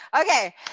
Okay